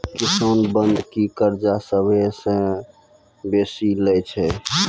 किसान बंधकी कर्जा सभ्भे से बेसी लै छै